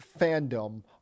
fandom